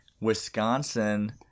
Wisconsin